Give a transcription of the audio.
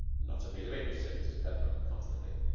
not a bit of it, said mr. petheram comfortably.